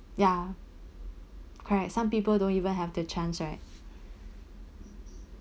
ya correct some people don't even have the chance right